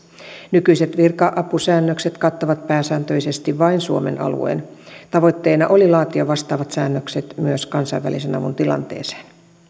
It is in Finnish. nykyiset virka apusäännökset kattavat pääsääntöisesti vain suomen alueen tavoitteena oli laatia vastaavat säännökset myös kansainvälisen avun tilanteisiin